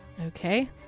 Okay